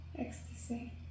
Ecstasy